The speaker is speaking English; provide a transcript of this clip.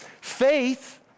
Faith